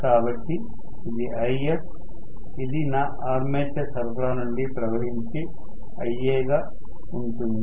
కాబట్టి ఇది If ఇది నా ఆర్మేచర్ సరఫరా నుండి ప్రవహించే Ia గా ఉంటుంది